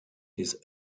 his